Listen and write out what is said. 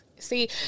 See